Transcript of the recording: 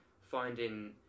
finding